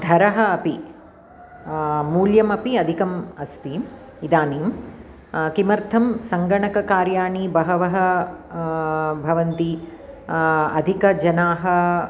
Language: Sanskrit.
धरः अपि मूल्यमपि अधिकम् अस्ति इदानीम् किमर्थं सङ्गणककार्याणि बहवः भवन्ति अधिकजनाः